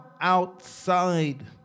outside